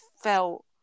felt